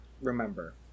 remember